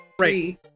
three